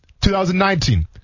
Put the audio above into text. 2019